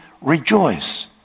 rejoice